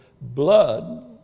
blood